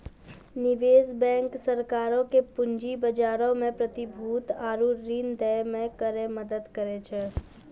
निवेश बैंक सरकारो के पूंजी बजारो मे प्रतिभूति आरु ऋण दै मे करै मदद करै छै